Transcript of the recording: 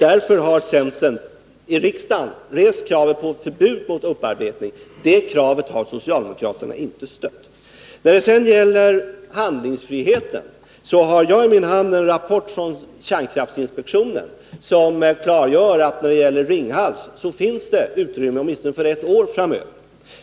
Därför har centern i riksdagen rest krav på förbud mot upparbetning. Det kravet har socialdemokraterna inte stött. När det sedan gäller handlingsfrihet har jag i min hand en rapport från kärnkraftinspektionen, som klargör att det, när det gäller Ringhals, finns utrymme för åtminstone ett år framöver.